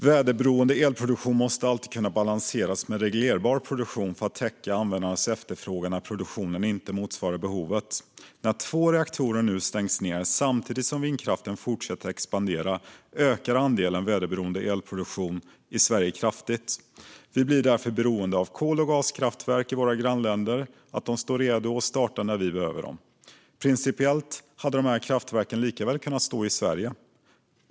Väderberoende elproduktion måste alltid kunna balanseras med reglerbar produktion för att täcka användarnas efterfrågan när produktionen inte motsvarar behovet. När två reaktorer nu stängs ned samtidigt som vindkraften fortsätter expandera ökar andelen väderberoende elproduktion i Sverige kraftigt. Vi blir därför beroende av att kol och gaskraftverk i våra grannländer står redo att starta när vi behöver dem. Principiellt hade dessa kraftverk lika gärna kunnat stå i Sverige.